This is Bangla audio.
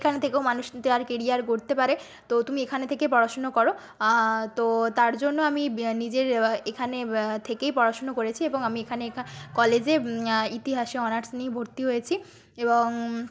এখান থেকেও মানুষ তার কেরিয়ার গড়তে পারে তো তুমি এখানে থেকে পড়াশুনো করো তো তার জন্য আমি নিজের এখানে থেকেই পড়াশুনো করেছি এবং আমি এখানে একা কলেজে ইতিহাসে অনার্স নিয়ে ভর্তি হয়েছি এবং